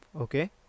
okay